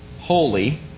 holy